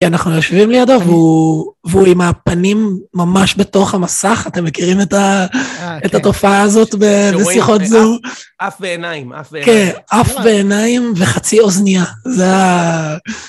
כי אנחנו יושבים לידו, והוא עם הפנים ממש בתוך המסך, אתם מכירים את התופעה הזאת בשיחות זום? שרואים אף ועיניים, אף ועיניים. כן, אף ועיניים וחצי אוזנייה. זה ה...